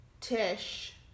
Tish